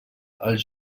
als